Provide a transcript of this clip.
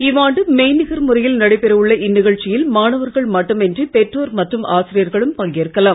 இவ்வாண்டு மெய்நிகர் முறையில் நடைபெற உள்ள இந்நிகழ்ச்சியில் மாணவர்கள் மட்டுமின்றி பெற்றோர் மற்றும் ஆசிரியர்களும் பங்கேற்கலாம்